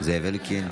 זאב אלקין.